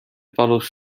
palus